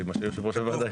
יושב ראש הוועדה.